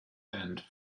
and